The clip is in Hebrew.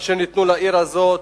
אשר ניתנו לעיר הזאת